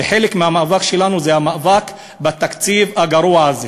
וחלק מהמאבק שלנו זה המאבק בתקציב הגרוע הזה.